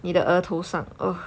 你的额头上 ugh